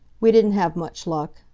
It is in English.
we didn't have much luck.